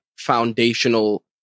foundational